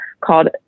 called